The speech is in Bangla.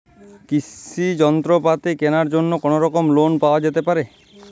কৃষিযন্ত্রপাতি কেনার জন্য কোনোরকম লোন পাওয়া যেতে পারে?